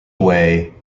away